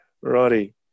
Righty